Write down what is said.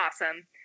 awesome